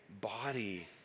body